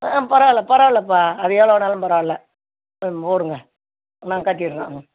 ஆ பரவாயில்ல பரவாயில்லப்பா அது எவ்வளோ வேணாலும் பரவாயில்ல மோருங்க நாங்கள் கட்டிடுறோம்